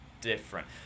different